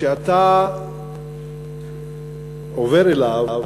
שכשאתה עובר אליו,